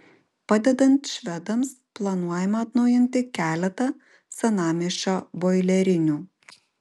padedant švedams planuojama atnaujinti keletą senamiesčio boilerinių